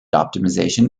optimization